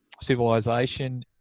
civilization